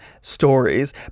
stories